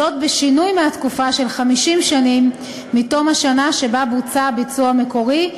וזאת בשינוי מהתקופה של 50 שנים מתום השנה שבה בוצע הביצוע המקורי,